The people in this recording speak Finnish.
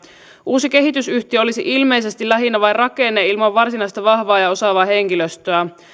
uusi kehitysyhtiö olisi ilmeisesti lähinnä vain rakenne ilman varsinaista vahvaa ja osaavaa henkilöstöä